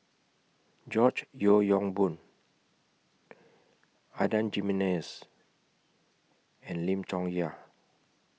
George Yeo Yong Boon Adan Jimenez and Lim Chong Yah